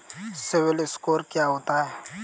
CIBIL score क्या होता है?